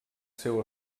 seu